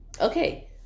okay